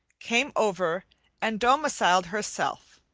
came over and domiciled herself.